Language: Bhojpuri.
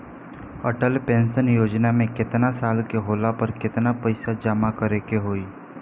अटल पेंशन योजना मे केतना साल के होला पर केतना पईसा जमा करे के होई?